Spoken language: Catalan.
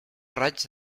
raig